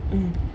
mm